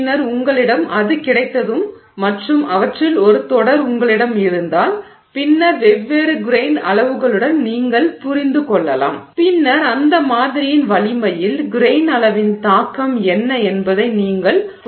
பின்னர் உங்களிடம் அது கிடைத்ததும் மற்றும் அவற்றில் ஒரு தொடர் உங்களிடம் இருந்தால் பின்னர் வெவ்வேறு கிரெய்ன் அளவுகளுடன் நீங்கள் புரிந்து கொள்ளலாம் பின்னர் அந்த மாதிரியின் வலிமையில் கிரெய்ன் அளவின் தாக்கம் என்ன என்பதை நீங்கள் புரிந்து கொள்ளலாம்